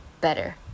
better